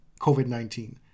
COVID-19